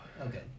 Okay